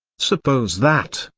suppose that,